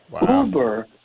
Uber